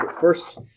first